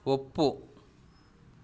ಒಪ್ಪು